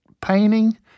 painting